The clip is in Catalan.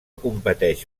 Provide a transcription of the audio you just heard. competeix